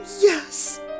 Yes